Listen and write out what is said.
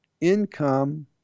income